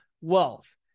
wealth